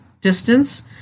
distance